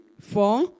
four